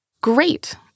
Great